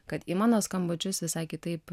kad į mano skambučius visai kitaip